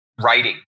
writing